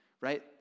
right